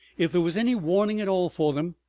if there was any warning at all for them,